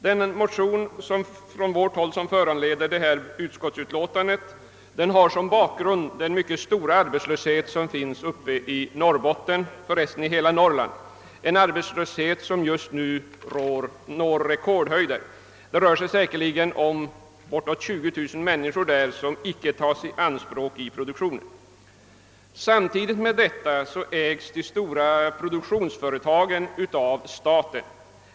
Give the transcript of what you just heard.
De motioner från vårt håll som föranleder detta utskottsutlåtande har som bakgrund den mycket stora arbetslöshet som råder uppe i Norrbotten och för övrigt i hela Norrland, en arbetslöshet som just nu når rekordhöjder. Det rör sig säkerligen om bortåt 20 000 människor som icke tas i anspråk av produktionen. Samtidigt ägs de stora produktionsföretagen av staten.